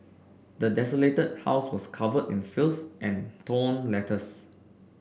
the desolated house was covered in filth and torn letters